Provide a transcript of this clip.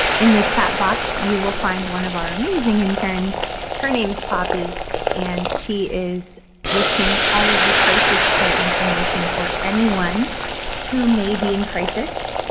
in the chat box, you will find one of our amazing interns her name is poppy and she is listing all of the crisis care information for anyone who may be in crisis